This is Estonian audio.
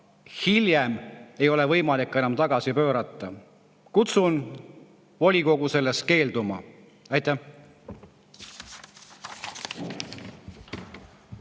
hiljem ei ole võimalik enam tagasi pöörata. Kutsun volikogu sellest keelduma. Aitäh!